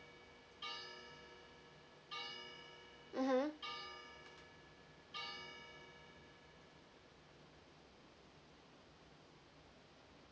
mmhmm